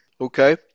okay